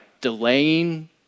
delaying